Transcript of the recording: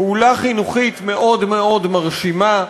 פעולה חינוכית מאוד מאוד מרשימה.